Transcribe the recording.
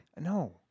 No